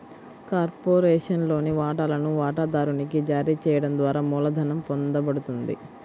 కార్పొరేషన్లోని వాటాలను వాటాదారునికి జారీ చేయడం ద్వారా మూలధనం పొందబడుతుంది